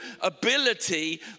ability